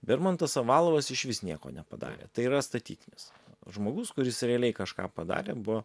bermontas avalovas išvis nieko nepadarė tai yra statytinis žmogus kuris realiai kažką padarė buvo